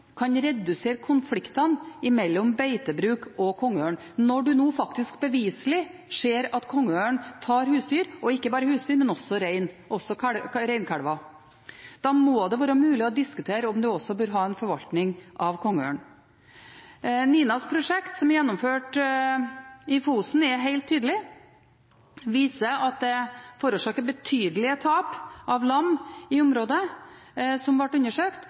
kan redusere konfliktene mellom beitebruk og kongeørn, når man nå faktisk beviselig ser at kongeørn tar husdyr – og ikke bare husdyr, men også reinkalver. Da må det være mulig å diskutere om man også bør ha en forvaltning av kongeørn. NINAs prosjekt, som er gjennomført i Fosen, viser helt tydelig at kongeørn forårsaker betydelig tap av lam i området som ble undersøkt,